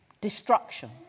destruction